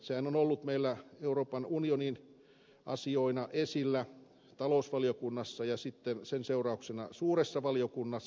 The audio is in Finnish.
sehän on ollut meillä euroopan unionin asioina esillä talousvaliokunnassa ja sitten sen seurauksena suuressa valiokunnassa